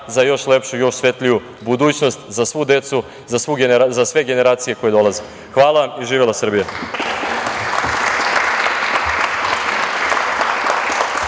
za još lepšu i još svetliju budućnost za svu decu, za sve generacije koje dolaze. Hvala vam. Živela Srbija!